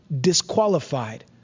Disqualified